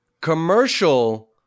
Commercial